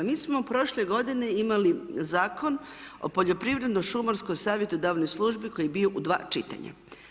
Mi smo u prošloj godini imali Zakon o poljoprivredno šumarskoj savjetodavnoj službi koji je bio u dva čitanja.